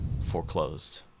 foreclosed